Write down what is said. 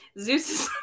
Zeus